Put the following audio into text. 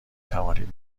توانید